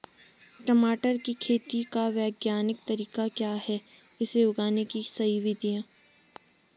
टमाटर की खेती का वैज्ञानिक तरीका क्या है इसे उगाने की क्या विधियाँ हैं?